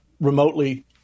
remotely